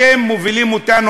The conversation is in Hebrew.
אתם מובילים אותנו,